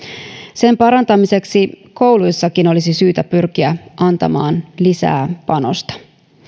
sen parantamiseksi kouluissakin olisi syytä pyrkiä antamaan lisää panosta